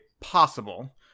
possible